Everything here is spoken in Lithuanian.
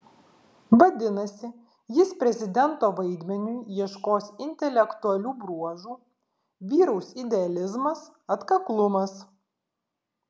vadinasi jis prezidento vaidmeniui ieškos intelektualių bruožų vyraus idealizmas atkaklumas